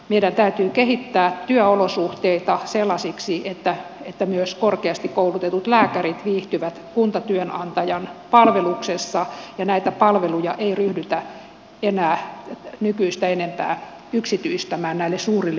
meidän täytyy kehittää työolosuhteita sellaisiksi että myös korkeasti koulutetut lääkärit viihtyvät kuntatyönantajan palveluksessa ja näitä palveluja ei ryhdytä enää nykyistä enempää yksityistämään näille suurille yrityksille